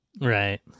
Right